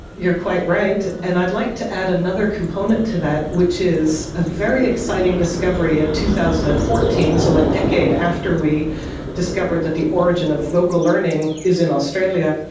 you're quite right, and i'd like to add another component to that which is a very exciting discovery in two thousand and fourteen, so a decade after we discovered that the origin of vocal learning is in australia.